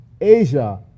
Asia